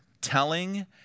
telling